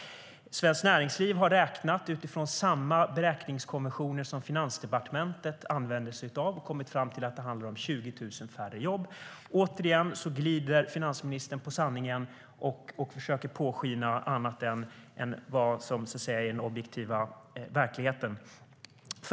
Svenskt Näringsliv har räknat utifrån samma beräkningskonventioner som Finansdepartementet använder och kommit fram till att det handlar om 20 000 färre jobb. Återigen glider finansministern på sanningen och försöker påskina annat än vad som är den objektiva verkligheten.